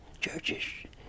churches